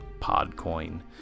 PodCoin